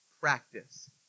practice